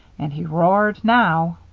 and he roared now.